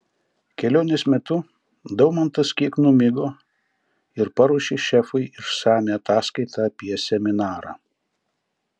kelionės metu daumantas kiek numigo ir paruošė šefui išsamią ataskaitą apie seminarą